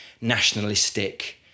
nationalistic